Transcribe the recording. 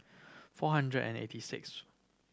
four hundred and eighty sixth